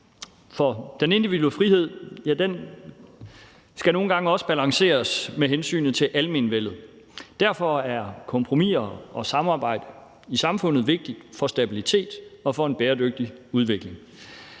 For den individuelle frihed skal nogle gange også balanceres med hensynet til almenvellet. Derfor er kompromiser og samarbejde i samfundet vigtige for stabilitet og for en bæredygtig udvikling.